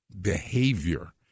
behavior